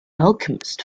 alchemist